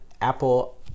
Apple